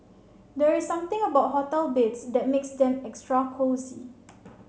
there's something about hotel beds that makes them extra cosy